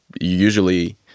usually